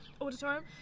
auditorium